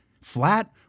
flat